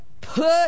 put